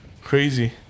Crazy